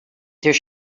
there